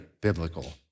biblical